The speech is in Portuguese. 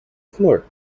flor